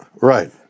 Right